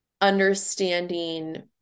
understanding